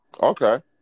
Okay